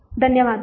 ಧನ್ಯವಾದಗಳು